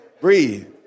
Breathe